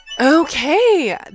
Okay